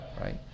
right